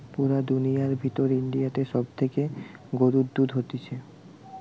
পুরা দুনিয়ার ভিতর ইন্ডিয়াতে সব থেকে গরুর দুধ হতিছে